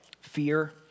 fear